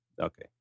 Okay